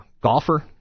golfer